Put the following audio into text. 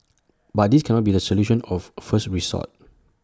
but this cannot be the solution of first resort